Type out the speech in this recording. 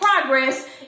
progress